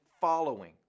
following